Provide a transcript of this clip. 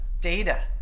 Data